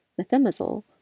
Methimazole